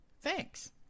thanks